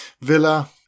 Villa